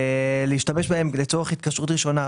להשתמש בהם לצורך התקשרות ראשונה.